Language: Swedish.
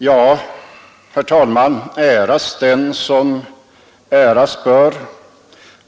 Ja, herr talman, äras den som äras bör!